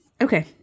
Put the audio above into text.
Okay